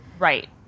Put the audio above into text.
right